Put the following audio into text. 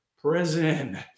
prison